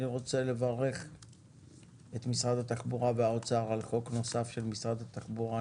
אני רוצה לברך את משרד התחבורה והאוצר על חוק נוסף של משרד התחבורה.